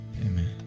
Amen